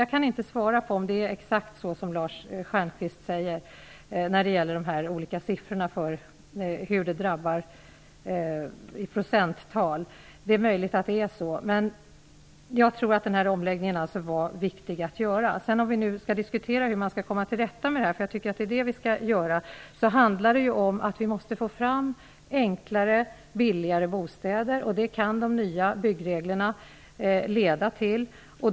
Jag kan inte svara på om det är exakt så som Lars Stjernkvist säger. Han nämner olika procenttal för hur det drabbar. Det är möjligt att det är så. Jag tror att denna omläggning var viktig att göra. Om vi nu skall diskutera hur man skall komma till rätta med detta -- och det är vad vi skall göra -- handlar det om att vi måste få fram enklare och billigare bostäder. Det kan de nya byggreglerna leda till.